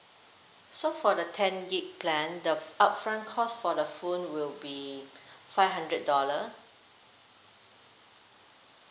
so for the ten gig plan the upfront cost for the phone will be five hundred dollar